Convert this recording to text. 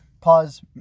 pause